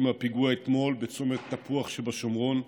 מהפיגוע אתמול בצומת תפוח שבשומרון.